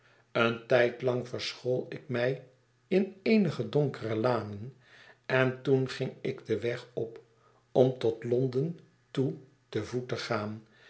een tijdlang verschool ik mij in eenige donkere lanen en toen ging ik den weg op om tot l o n d e n toe te voet te gaan